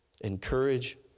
Encourage